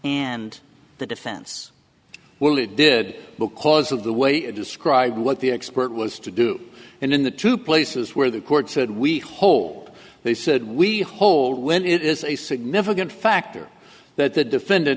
and the defense well it did because of the way you described what the expert was to do and in the two places where the court said we hope they said we hold and it is a significant factor that the defendant